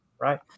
right